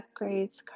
upgrades